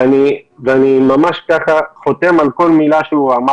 ואני ממש חותם על כל מילה שאמר